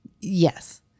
Yes